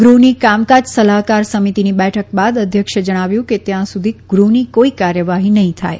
ગૃહની કામકાજ સલાહકાર સમિતિની બેઠક બાદ અધ્યક્ષે જણાવ્યું કે ત્યાં સુધી ગૃહની કોઇ કાર્યવાહી નહીં થાય